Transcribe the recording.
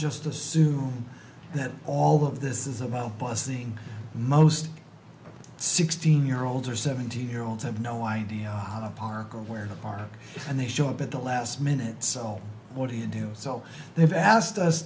just assume that all of this is about bussing most sixteen year olds or seventeen year olds have no idea how to park or where to park and they show up at the last minute so what do you do so they've asked us